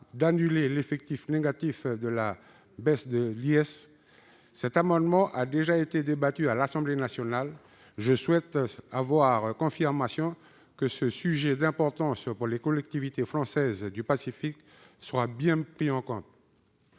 d'annuler l'effet négatif de la baisse de l'IS. Cet amendement a déjà été débattu à l'Assemblée nationale. Je souhaite avoir confirmation que ce sujet d'importance pour les collectivités françaises du Pacifique sera bien pris en compte.